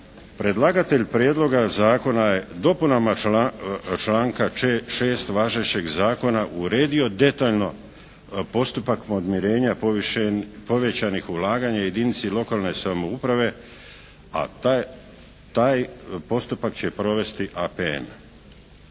Predlagatelj Prijedloga zakona je dopunama članka 6. važećeg zakona uredio detaljno postupak podmirenja povećanih ulaganja jedinici lokalne samouprave, a taj postupak će provesti APN.